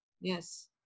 Yes